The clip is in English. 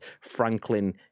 Franklin